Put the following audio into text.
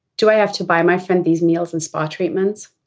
do i have to buy my friend these meals and spa treatments